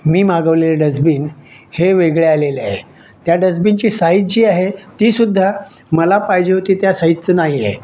मी मागवलेले डजबीन हे वेगळे आलेले आहे त्या डजबीनची साइज जी आहे ती सुद्धा मला पाहिजे होती त्या साईजचं नाही आहे